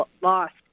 lost